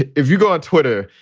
if you go on twitter,